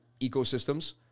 ecosystems